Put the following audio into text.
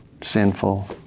sinful